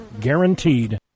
Guaranteed